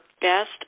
best